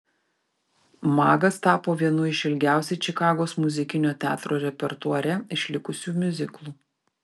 magas tapo vienu iš ilgiausiai čikagos muzikinio teatro repertuare išlikusių miuziklų